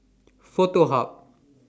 Foto Hub